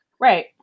right